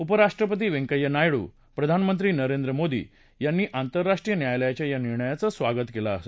उपराष्ट्रपती वैंकय्या नायडू प्रधानमंत्री नरेंद्र मोदी यांनी आंतरराष्ट्रीय न्यायालयाच्या या निर्णयाचं स्वागत केलं आहे